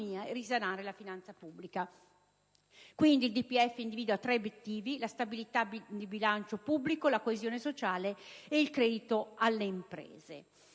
e risanare la finanza pubblica. Il DPEF individua tre obiettivi: la stabilità di bilancio pubblico, la coesione sociale e il credito alle imprese.